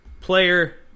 player